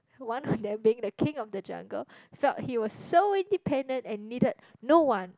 one of them being the king of the jungle felt he was so independent and needed no one